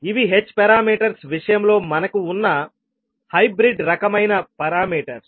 ఇవి h parameters విషయంలో మనకు ఉన్న హైబ్రిడ్ రకమైన పారామీటర్స్